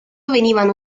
venivano